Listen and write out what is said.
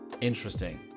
Interesting